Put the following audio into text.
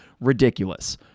ridiculous